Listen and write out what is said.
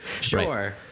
Sure